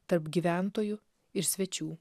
tarp gyventojų ir svečių